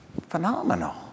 Phenomenal